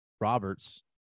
Roberts